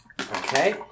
Okay